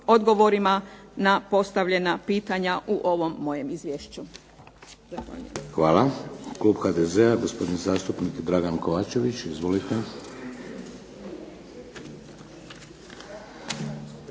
na postavljena pitanje u ovom mojem izvješću.